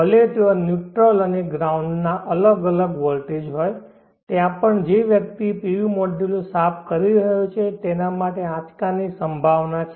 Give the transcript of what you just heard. ભલે ત્યાં ન્યુટ્રલ અને ગ્રાઉન્ડ ના એક અલગ વોલ્ટેજ હોય ત્યાં પણ જે વ્યક્તિ PV મોડ્યુલો સાફ કરી રહ્યો છે તેના માટે આંચકાની સંભાવના છે